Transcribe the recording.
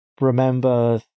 remember